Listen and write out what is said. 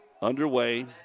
Underway